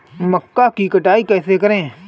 मक्का की कटाई कैसे करें?